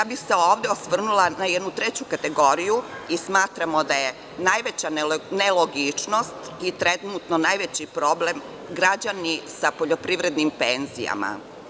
Međutim, ovde bih se osvrnula na jednu treću kategoriju i smatramo da su najveća nelogičnost i trenutno najveći problem građani sa poljoprivrednim penzijama.